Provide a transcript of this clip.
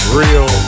real